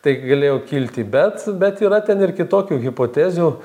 tai galėjo kilti bet bet yra ten ir kitokių hipotezių